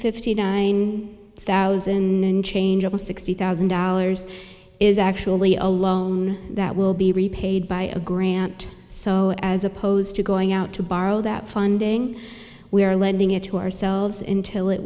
fifty nine thousand and change over sixty thousand dollars is actually a loan that will be repaid by a grant so as opposed to going out to borrow that funding we are lending it to ourselves in till it